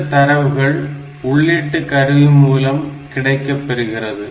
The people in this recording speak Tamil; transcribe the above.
இந்த தரவுகள் உள்ளீட்டு கருவி மூலம் கிடைக்கப்பெறுகிறது